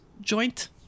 joint